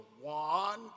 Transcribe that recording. one